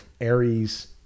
Aries